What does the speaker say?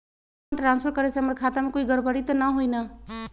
Fund transfer करे से हमर खाता में कोई गड़बड़ी त न होई न?